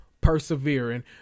persevering